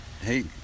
Hey